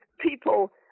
people